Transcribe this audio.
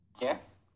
Yes